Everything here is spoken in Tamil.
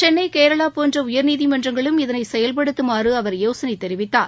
சென்ளை கேரளா போன்ற உயர்நீதிமன்றங்களும் இதனை செயல்படுத்தமாறு அவர் யோசனை தெரிவித்தார்